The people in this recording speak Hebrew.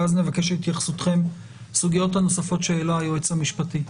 ואז נבקש את התייחסותכם לסוגיות הנוספות שהעלה היועץ המשפטי.